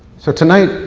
so tonight,